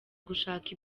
gushaka